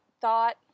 thought